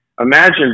Imagine